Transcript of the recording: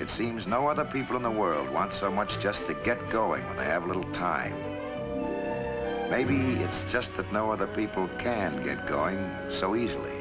it seems no other people in the world want so much just to get going they have little time maybe it's just that no other people can get going so easily